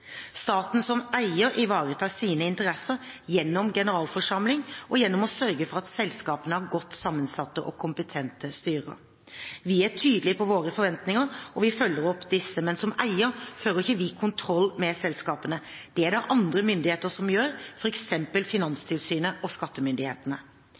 Staten som eier ivaretar sine interesser gjennom generalforsamlingen og gjennom å sørge for at selskapene har godt sammensatte og kompetente styrer. Vi er tydelige på våre forventninger, og vi følger opp disse, men som eier fører ikke vi kontroll med selskapene. Det er det andre myndigheter som gjør,